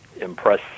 impress